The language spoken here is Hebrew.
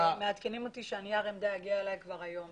מעדכנים אותי שנייר העמדה יגיע אלי היום.